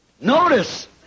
Notice